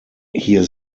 hier